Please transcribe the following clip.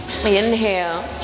Inhale